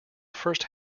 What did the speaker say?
first